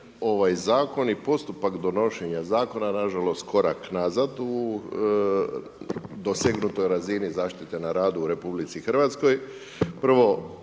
ovaj zakon i postupak donošenja zakona na žalost korak nazad u dosegnutoj razini zaštite na radu u Republici Hrvatskoj. Prvo,